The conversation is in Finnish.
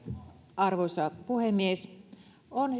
arvoisa puhemies on